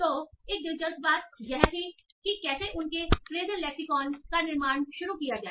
तो एक दिलचस्प बात यह थी कि कैसे उनके फ्रेसएल लेक्सीकौन का निर्माण शुरू किया जाए